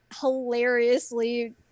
hilariously